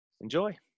enjoy